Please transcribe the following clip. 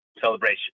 celebration